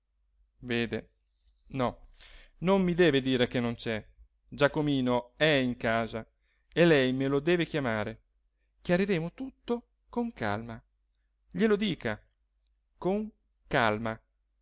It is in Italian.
vede no non mi deve dire che non c'è giacomino è in casa e lei me lo deve chiamare chiariremo tutto con calma glielo dica con calma